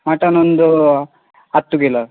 mutton ಒಂದು ಹತ್ತು kilo